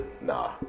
nah